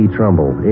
Trumbull